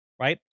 right